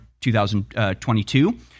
2022